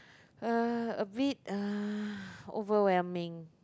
uh a bit uh overwhelming